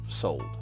sold